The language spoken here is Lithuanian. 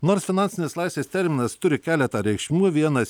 nors finansinės laisvės terminas turi keletą reikšmių vienas